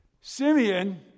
Simeon